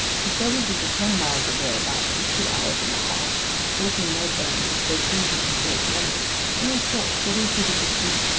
and so we do the ten miles or thereabouts in two hours and a half breaking no bones, though bruising a great many and in short getting through the distance,